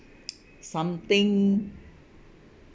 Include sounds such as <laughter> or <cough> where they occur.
<noise> something